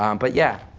um but yeah,